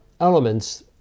elements